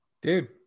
dude